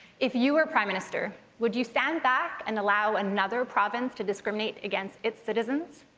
if you were prime minister, would you stand back and allow another province to discriminate against its citizens?